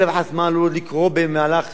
מה עלול עוד לקרות במהלך החופשה,